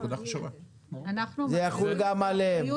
זה יחול גם עליהם.